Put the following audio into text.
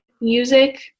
music